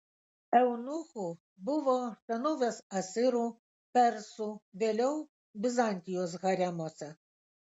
eunuchų buvo senovės asirų persų vėliau bizantijos haremuose